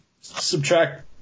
subtract